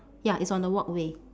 ya it's on the walkway